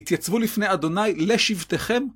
התייצבו לפני אדוני לשבטכם.